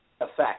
effect